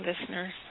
listeners